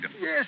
Yes